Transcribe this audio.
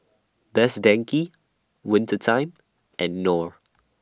Best Denki Winter Time and Knorr